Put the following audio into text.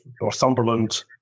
Northumberland